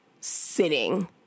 sitting